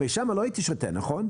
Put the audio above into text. ושם לא היית שותה, נכון?